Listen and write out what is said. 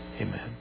amen